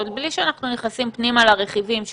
עוד בלי שאנחנו נכנסים פנימה לרכיבים,